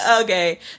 okay